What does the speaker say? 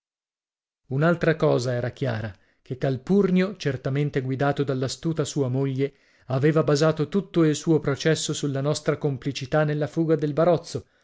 un'altra cosa era chiara che calpurnio certamente guidato dall'astuta sua moglie aveva basato tutto il suo processo sulla nostra complicità nella fuga del barozzo